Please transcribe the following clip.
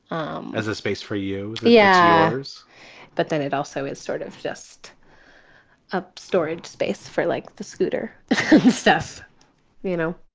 um as a space for you, the yeah actors but then it also has sort of just a storage space for like the scooter stuff you know,